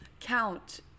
count